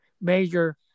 major